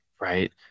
Right